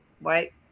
right